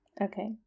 Okay